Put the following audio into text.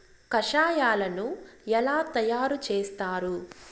కషాయాలను ఎలా తయారు చేస్తారు?